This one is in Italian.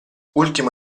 ultimo